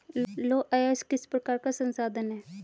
लौह अयस्क किस प्रकार का संसाधन है?